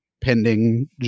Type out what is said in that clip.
pending